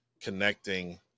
connecting